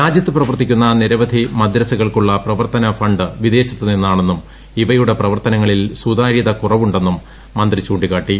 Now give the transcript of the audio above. രാജ്യത്ത് പ്രവർത്തിക്കുന്ന നിരവധി മദ്രസകൾക്കുള്ള പ്രവർത്തന ഫണ്ട് വിദേശത്ത് നിന്നാണെന്നും ഇവയുടെ പ്രവർത്തനങ്ങളിൽ സുതാര്യത കുറവുണ്ടെന്നും മന്ത്രി ചൂണ്ടിക്കാട്ടി